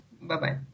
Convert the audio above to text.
Bye-bye